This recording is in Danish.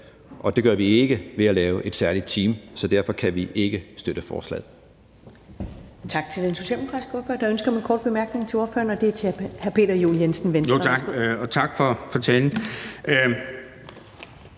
og det gør vi ikke ved lave et særligt team. Så derfor kan vi ikke støtte forslaget.